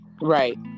Right